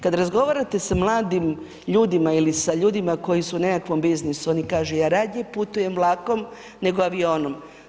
Kada razgovarate sa mladim ljudima ili sa ljudima koji su u nekakvom biznisu, oni kažu ja radije putujem vlakom nego avionom.